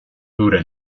dura